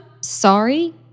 sorry